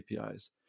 APIs